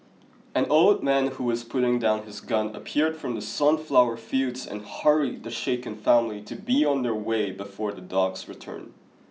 an old man who was putting down his gun appeared from the sunflower fields and hurried the shaken family to be on their way before the dogs return